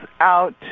out